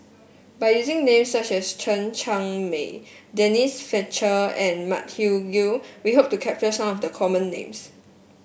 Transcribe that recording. by using names such as Chen Cheng Mei Denise Fletcher and Matthew Ngui we hope to capture some of the common names